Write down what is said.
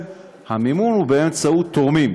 המימון הוא באמצעות תורמים.